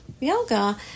yoga